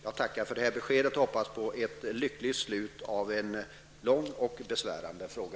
Jag tackar för det här beskedet och hoppas på ett lyckligt slut av en långdragen och besvärande fråga.